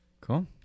Cool